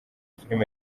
film